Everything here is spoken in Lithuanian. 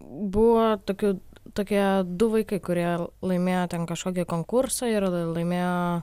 buvo tokių tokie du vaikai kurie laimėjo ten kažkokį konkursą ir laimėjo